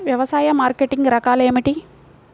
వ్యవసాయ మార్కెటింగ్ రకాలు ఏమిటి?